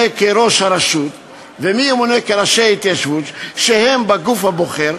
לראש הרשות ומי ימונו לראשי ההתיישבות שהם בגוף הבוחר,